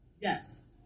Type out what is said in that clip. Yes